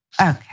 Okay